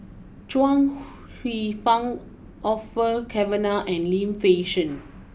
Chuang Hsueh Fang Orfeur Cavenagh and Lim Fei Shen